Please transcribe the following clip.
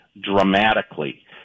dramatically